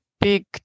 big